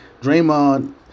Draymond